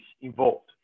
involved